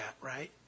right